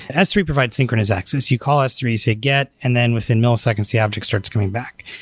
s three provides synchronous access. you call s three, say get, and then within milliseconds the object storage is coming back.